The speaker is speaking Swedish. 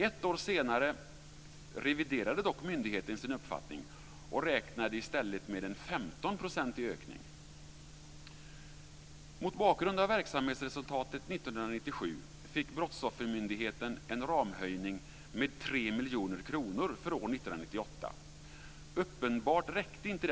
Ett år senare reviderade myndigheten dock sin uppfattning och räknade i stället med en 15 Den höjningen räckte uppenbarligen inte.